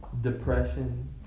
depression